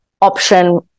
option